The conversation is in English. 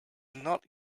not